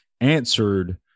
answered